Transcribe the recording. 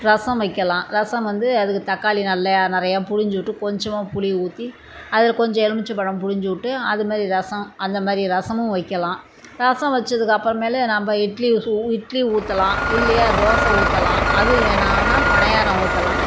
ரசம் வைக்கலாம் ரசம் வந்து அதுக்கு தக்காளி நல்லா நிறையா பிழிஞ்சிவுட்டு கொஞ்சமாக புளியை ஊற்றி அதில் கொஞ்சம் எலுமிச்சைம்பழம் பிழிஞ்சிவுட்டு அது மாதிரி ரசம் அந்த மாதிரி ரசமும் வைக்கலாம் ரசம் வச்சதுக்கு அப்புறமேலு நாம்ம இட்லி சூ இட்லி ஊற்றலாம் இல்லையா தோசை ஊற்றலாம் அதுவும் வேணாம்னா பணியாரம் ஊற்றலாம்